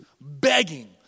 begging